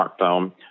smartphone